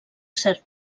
cert